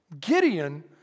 Gideon